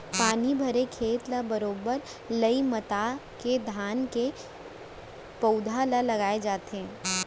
पानी भरे खेत ल बरोबर लई मता के धान के पउधा ल लगाय जाथे